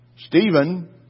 Stephen